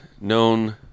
known